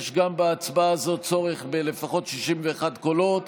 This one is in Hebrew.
יש גם בהצבעה הזאת צורך לפחות ב-61 קולות,